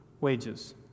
wages